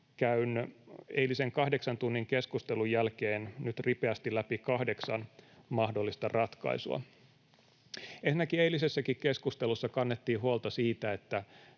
Käyn eilisen kahdeksan tunnin keskustelun jälkeen nyt ripeästi läpi kahdeksan mahdollista ratkaisua: Ensinnäkin eilisessäkin keskustelussa kannettiin huolta siitä,